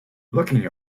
looking